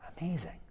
Amazing